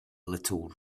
little